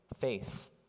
faith